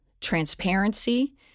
transparency